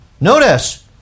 Notice